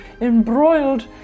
embroiled